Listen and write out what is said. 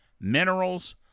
minerals